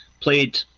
played